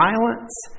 violence